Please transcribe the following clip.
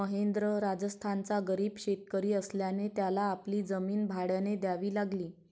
महेंद्र राजस्थानचा गरीब शेतकरी असल्याने त्याला आपली जमीन भाड्याने द्यावी लागली